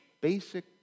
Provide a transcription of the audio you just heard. basic